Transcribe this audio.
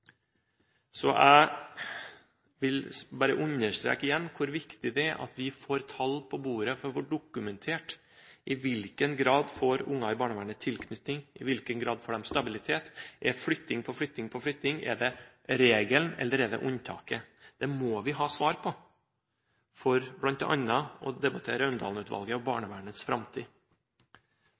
Jeg vil bare understreke igjen hvor viktig det er at vi får tall på bordet for å få dokumentert: I hvilken grad får unger i barnevernet tilknytning? I hvilken grad får de stabilitet? Er det flytting på flytting på flytting? Er det regelen, eller er det unntaket? Det må vi ha svar på for bl.a. å debattere Raundalen-utvalget og barnevernets framtid.